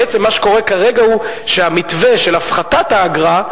בעצם מה שקורה כרגע הוא שהמתווה של הפחתת האגרה,